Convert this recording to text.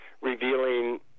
revealing